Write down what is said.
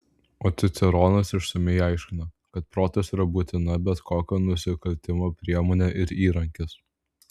o ciceronas išsamiai aiškina kad protas yra būtina bet kokio nusikaltimo priemonė ir įrankis